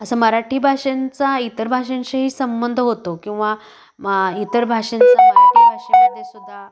असं मराठी भाषेंचा इतर भाषांंशीही संबंध होतो किंवा मग इतर भाषेंचा मराठी भाषेमध्ये सुद्धा